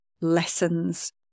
lessons